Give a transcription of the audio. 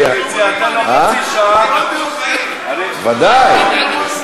אני לא מתדיינת עם מישהו, אני נואמת.